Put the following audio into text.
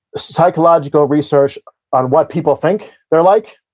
psychological research on what people think they're like,